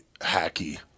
hacky